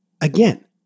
again